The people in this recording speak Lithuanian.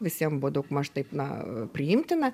visiem buvo daugmaž taip na priimtina